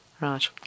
Right